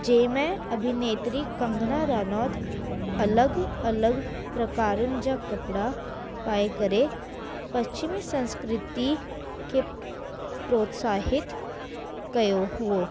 जंहिं में अभिनेत्री कंगना रनोत अलॻि अलॻि प्रकारनि जा कपिड़ा पाए करे पश्चिमी संस्कृती खे प्रोत्साहित कयो हुओ